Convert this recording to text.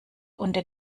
unter